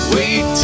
Wait